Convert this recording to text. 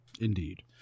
Indeed